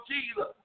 Jesus